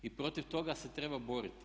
I protiv toga se treba boriti.